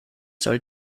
soll